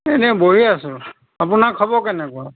এনেই বহি আছোঁ আপোনাৰ খবৰ কেনেকুৱা